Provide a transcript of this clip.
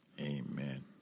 Amen